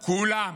כולם,